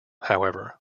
however